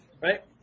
Right